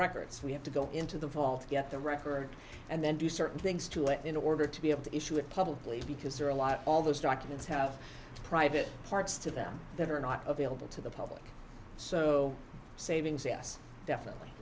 records we have to go into the vault to get the record and then do certain things to it in order to be able to issue it publicly because there are a lot all those documents have private parts to them that are not available to the public so savings yes definitely